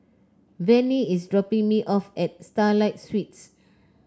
Vannie is dropping me off at Starlight Suites